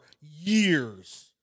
years